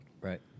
Right